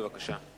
בבקשה.